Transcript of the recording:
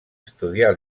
estudiar